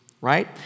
right